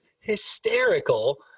hysterical